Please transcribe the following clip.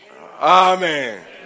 amen